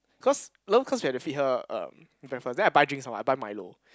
cause no cause we have to feed her um breakfast then I buy drinks some more I buy milo